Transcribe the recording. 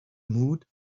mood